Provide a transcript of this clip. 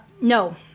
no